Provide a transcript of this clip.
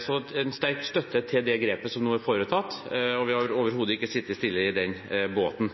Så det er en sterk støtte til det grepet som nå er tatt. Vi har overhodet ikke sittet stille i den båten.